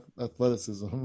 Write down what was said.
athleticism